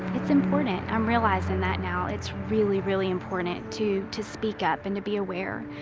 it's important, i'm realizing that now. it's really, really important to to speak up and to be aware.